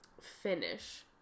finish